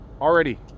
already